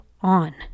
on